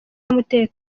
n’umutekano